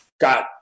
got